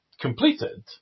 completed